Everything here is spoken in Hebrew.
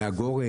מהגור?